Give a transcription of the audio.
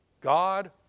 God